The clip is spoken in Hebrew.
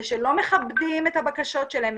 ושלא מכבדים את הבקשות שלהם,